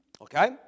okay